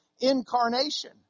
incarnation